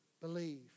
Believe